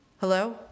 Hello